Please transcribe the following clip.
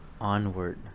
Onward